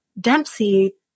Dempsey